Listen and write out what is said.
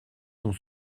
sont